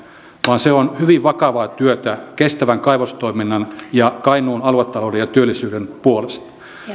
vaan se on hyvin vakavaa työtä kestävän kaivostoiminnan ja kainuun aluetalouden ja työllisyyden puolesta